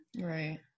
Right